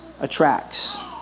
attracts